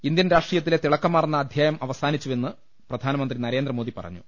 Indian രാഷ്ട്രീയത്തിലെ തിളക്കമാർന്ന അധ്യായം അവസാനിച്ചുവെന്ന് പ്രധാന മന്ത്രി നരേന്ദ്രമോദി പറഞ്ഞു